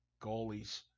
Goalies